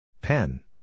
Pen